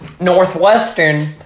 Northwestern